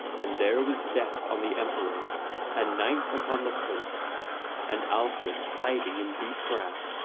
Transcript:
and there was death on the emperor and night upon the pope and alfred, hiding in deep grass,